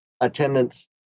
attendance